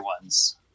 ones